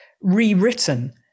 rewritten